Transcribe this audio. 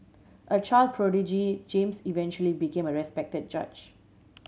a child prodigy James eventually became a respected judge